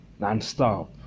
Nonstop